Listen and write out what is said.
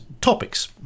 topics